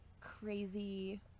crazy